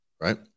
right